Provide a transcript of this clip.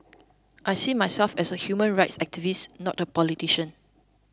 I see myself as a human rights activist not a politician